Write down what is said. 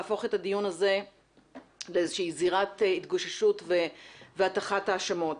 להפוך את הדיון הזה לאיזושהי זירת התגוששות והטחת האשמות.